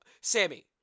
Sammy